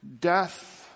death